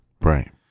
Right